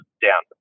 down